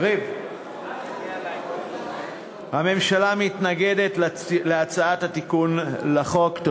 יריב, הממשלה מתנגדת להצעת התיקון לחוק.